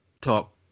talk